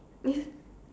is